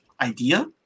idea